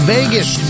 Vegas